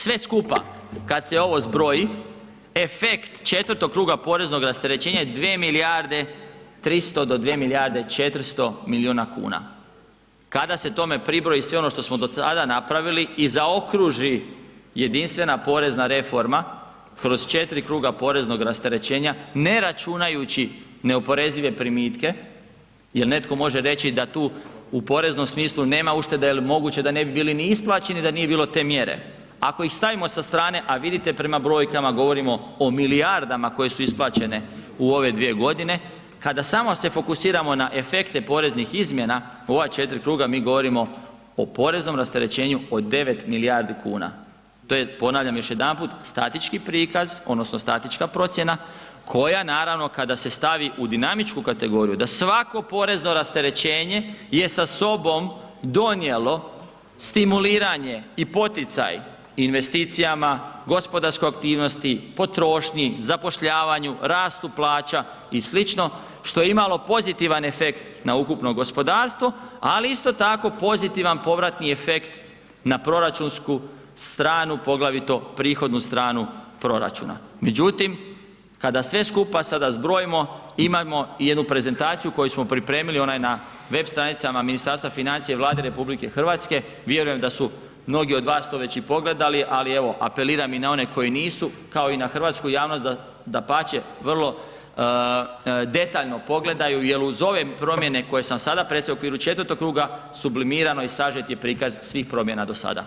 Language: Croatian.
Sve skupa kad se ovo zbroji, efekt četvrtog kruga poreznog rasterećenja je 2 milijarde 300 do 2 milijarde 400 milijuna kuna, kada se tome pribroji sve ono što smo do tada napravili i zaokruži jedinstvena porezna reforma kroz četiri kruga poreznog rasterećenja, ne računajući neoporezive primitke jel netko može reći da tu u poreznom smislu nema uštede jel moguće da ne bi bili ni isplaćeni da nije bilo te mjere, ako ih stavimo sa strane, a vidite prema brojkama, govorimo o milijardama koje su isplaćene u ove 2.g., kada samo se fokusiramo na efekte poreznih izmjena u ova četiri kruga, mi govorimo o poreznom rasterećenju od 9 milijardi kuna, to je, ponavljam još jedanput, statički prikaz odnosno statička procjena koja naravno kada se stavi u dinamičku kategoriju da svako porezno rasterećenje je sa sobom donijelo stimuliranje i poticaj investicijama, gospodarskoj aktivnosti, potrošnji, zapošljavanju, rastu plaća i sl., što je imalo pozitivan efekt na ukupno gospodarstvo, ali isto tako pozitivan povratni efekt na proračunsku stranu, poglavito prihodnu stranu proračuna, međutim kada sve skupa sada zbrojimo imamo jednu prezentaciju koju smo pripremili, ona je na web stranicama Ministarstva financija i Vlade RH, vjerujem da su mnogi od vas to već i pogledali, ali evo apeliram i na one koji nisu, kao i na hrvatsku javnost, dapače vrlo detaljno pogledaju, jel uz ove promjene koje sam sada predstavio u okviru četvrtog kruga, sublimirano i sažet je prikaz svih promjena do sada.